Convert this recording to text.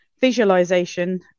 visualization